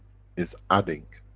it's adding.